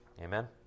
Amen